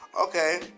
Okay